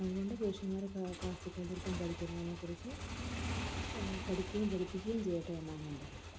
അതുകൊണ്ട് പുരുഷന്മാര് ക്ലാസ്സിക്കൽ നൃത്തം പഠിക്കുന്നതിനെക്കുറിച്ച് പഠിക്കുകയും പഠിപ്പിക്കുകയും ചെയ്യട്ടെയെന്നാണ് എൻ്റെ അഭിപ്രായം